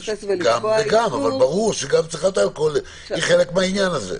אבל ברור שגם צריכת אלכוהול היא חלק מהעניין הזה.